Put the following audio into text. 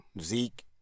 zeke